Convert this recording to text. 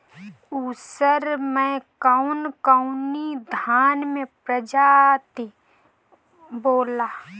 उसर मै कवन कवनि धान के प्रजाति बोआला?